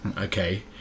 Okay